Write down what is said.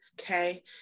Okay